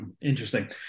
Interesting